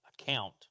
account